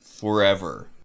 forever